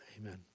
Amen